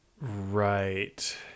Right